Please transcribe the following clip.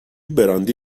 براندی